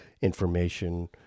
information